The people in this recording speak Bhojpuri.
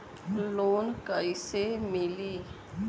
लोन कईसे मिली?